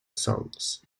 songs